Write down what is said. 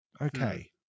Okay